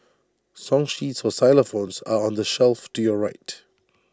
song sheets for xylophones are on the shelf to your right